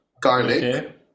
garlic